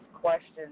questions